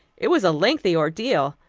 it was a lengthy ordeal,